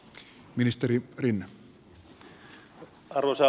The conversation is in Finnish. arvoisa puhemies